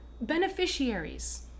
beneficiaries